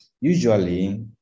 Usually